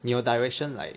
你有 direction like